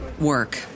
work